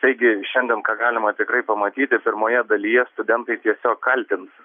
taigi šiandien ką galima tikrai pamatyti pirmoje dalyje studentai tiesiog kaltins